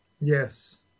yes